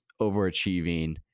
overachieving